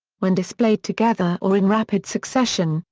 when displayed together or in rapid succession,